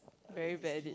very bad at it